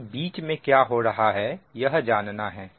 अब बीच में क्या हो रहा है यह जानना है